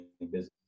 business